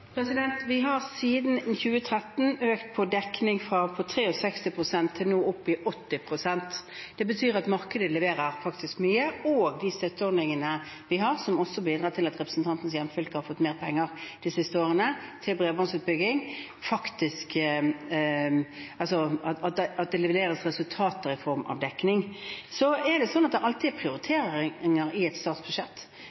Vi har siden 2013 økt dekningen fra 63 pst. til opp i 80 pst. nå. Det betyr at markedet leverer mye, og med de støtteordningene vi har, som også bidrar til at representantens hjemfylke har fått mer penger de siste årene til bredbåndsutbygging, leveres det resultater i form av dekning. Det er alltid prioriteringer i et statsbudsjett. Vi har prioritert å sørge for at vi kan realisere det